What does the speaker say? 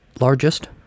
largest